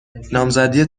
نامزدی